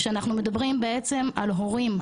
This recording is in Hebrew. כשאנחנו מדברים בעצם על הורים,